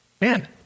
man